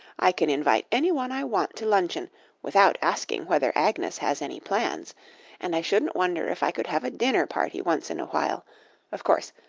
i can invite any one i want to luncheon without asking whether agnes has any plans and i shouldn't wonder if i could have a dinner-party once in a while of course,